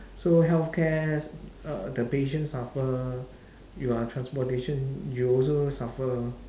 so healthcare uh the patient suffer your transportation you also suffer